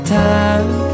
time